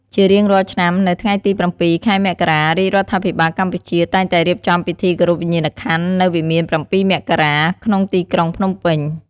ជារៀងរាល់ឆ្នាំ នៅថ្ងៃទី៧ ខែមករា រាជរដ្ឋាភិបាលកម្ពុជាតែងតែរៀបចំពិធីគោរពវិញ្ញាណក្ខន្ធនៅវិមាន៧ មករា ក្នុងទីក្រុងភ្នំពេញ ។